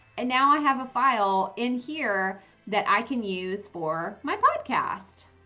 and now i have a file in here that i can use for my podcast.